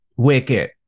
Wicket